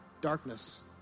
darkness